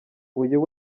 uyu